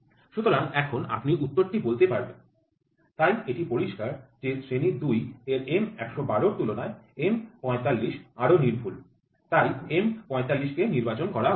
সুতরাং এখন আপনি উত্তরটি বলতে পারবেন তাই এটি পরিষ্কার যে শ্রেণি ২ এর M ১১২ এর তুলনায় M ৪৫ আরও নির্ভুল তাই M ৪৫ কে নির্বাচন করা উচিত